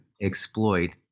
exploit